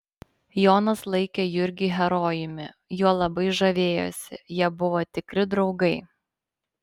jonas laikė jurgį herojumi juo labai žavėjosi jie buvo tikri draugai